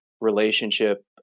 relationship